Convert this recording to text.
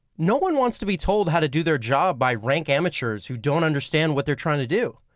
no one wants to be told how to do their job by rank amateurs who don't understand what they're trying to do.